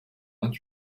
vingt